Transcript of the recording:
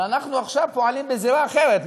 אבל אנחנו עכשיו פועלים בזירה אחרת,